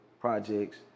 projects